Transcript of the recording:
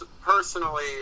personally